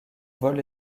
vol